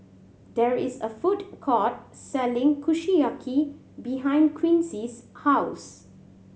there is a food court selling Kushiyaki behind Quincy's house